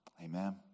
Amen